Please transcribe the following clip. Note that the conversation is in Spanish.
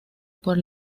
por